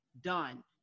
Done